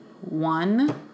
one